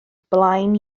blaen